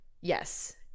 Yes